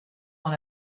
dans